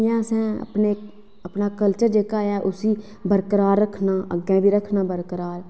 जियां असें अपना कल्चर जेह्का उसी बरकरार रक्खना अग्गें बी रक्खना बरकरार